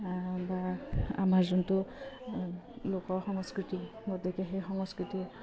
বা আমাৰ যোনটো লোক সংস্কৃতি গতিকে সেই সংস্কৃতি